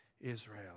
Israel